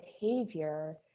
behavior